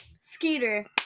skeeter